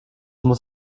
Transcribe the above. muss